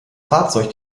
fahrzeug